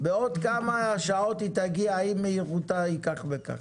בעוד כמה שעות היא תגיע אם מהירותה היא כך וכך?